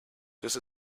just